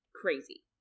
crazy